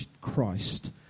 Christ